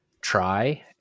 try